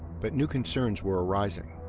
but new concerns were arising.